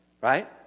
Right